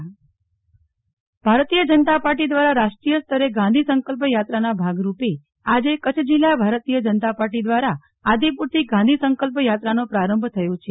નેહલ ઠક્કર સાંસદ પદયાત્રા ભારતીય જનતા પાર્ટી દ્વારા રાષ્ટ્રીય સ્તરે ગાંધી સંકલ્પ યાત્રાના ભાગૃરપે આજે કચ્છ જિલ્લા ભારતીય જનતા પાર્ટી દ્વારા આદિપુરથી ગાંધી સંકલ્પ યાત્રાનો પ્રારંભ થયો છે